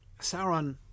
Sauron